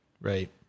Right